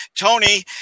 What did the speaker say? Tony